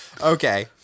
okay